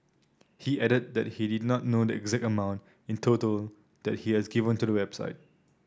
he added that he did not know the exact amount in total that he has given to the website